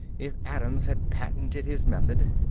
if adams had patented his method.